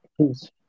please